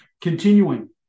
continuing